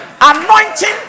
Anointing